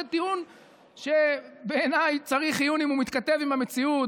זה טיעון שבעיניי צריך עיון אם הוא מתכתב עם המציאות.